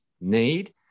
need